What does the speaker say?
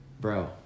bro